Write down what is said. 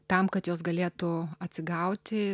tam kad jos galėtų atsigauti